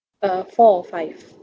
uh four or five